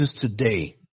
today